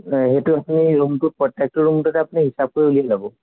সেইটো আচলতে ৰূমটোত প্ৰত্যেকটো ৰূমটোতে আপুনি হিচাপটো উলিয়াই ল'ব